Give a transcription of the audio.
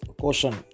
caution